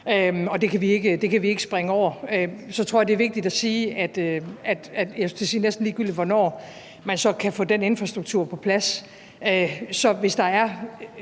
og det kan vi ikke springe over. Så tror jeg, det er vigtigt at sige – og jeg skulle til at sige næsten ligegyldigt, hvornår man så kan få den infrastruktur på plads – at hvis der er